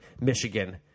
Michigan